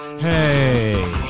Hey